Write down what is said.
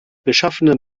geschaffene